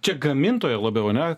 čia gamintojo labiau ane